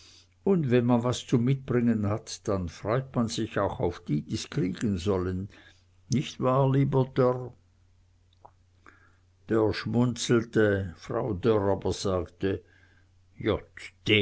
und wenn man was zum mitbringen hat dann freut man sich auch auf die die's kriegen sollen nicht wahr lieber dörr dörr schmunzelte frau dörr aber sagte jott